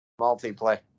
multiplayer